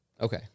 Okay